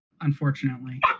Unfortunately